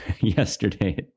yesterday